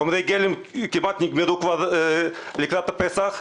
חומרי הגלם כמעט נגמרו כבר לקראת פסח.